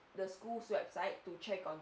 the school's website to check on